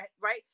right